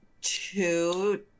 two